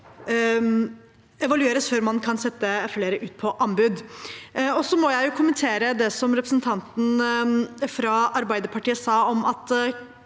evalueres før man kan sette flere ut på anbud. Jeg må kommentere det representanten fra Arbeiderpartiet sa om at